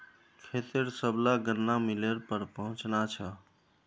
खेतेर सबला गन्ना मिलेर पर पहुंचना छ